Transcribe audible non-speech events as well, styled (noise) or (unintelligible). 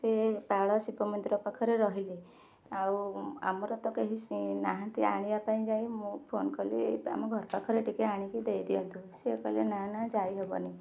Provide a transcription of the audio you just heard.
ସେ (unintelligible) ଶିବ ମନ୍ଦିର ପାଖରେ ରହିଲେ ଆଉ ଆମର ତ କେହିନାହାଁନ୍ତି ଆଣିବା ପାଇଁ ଯାଇଁ ମୁଁ ଫୋନ କଲି ଆମ ଘର ପାଖରେ ଟିକେ ଆଣିକି ଦେଇ ଦିଅନ୍ତୁ ସେ କହିଲେ ନା ନା ଯାଇ ହେବନି